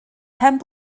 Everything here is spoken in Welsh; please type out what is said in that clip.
pen